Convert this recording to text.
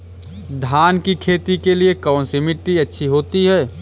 धान की खेती के लिए कौनसी मिट्टी अच्छी होती है?